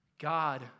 God